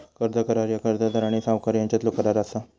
कर्ज करार ह्या कर्जदार आणि सावकार यांच्यातलो करार असा